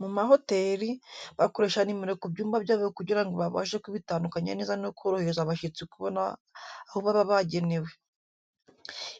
Mu mahoteli, bakoresha nimero ku byumba byabo kugira ngo babashe kubitandukanya neza no korohereza abashyitsi kubona aho baba bagenewe.